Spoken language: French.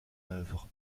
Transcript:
œuvre